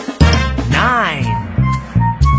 nine